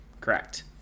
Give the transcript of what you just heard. Correct